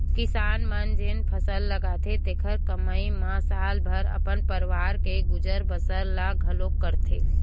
किसान मन जेन फसल लगाथे तेखरे कमई म साल भर अपन परवार के गुजर बसर ल घलोक करथे